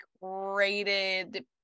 rated